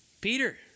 Peter